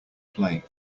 play